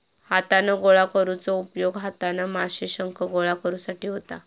हातान गोळा करुचो उपयोग हातान माशे, शंख गोळा करुसाठी होता